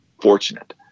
fortunate